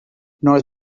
nor